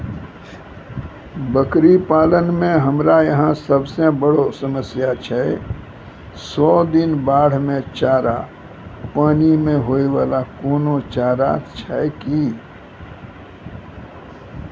बकरी पालन मे हमरा यहाँ सब से बड़ो समस्या छै सौ दिन बाढ़ मे चारा, पानी मे होय वाला कोनो चारा छै कि?